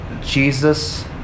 Jesus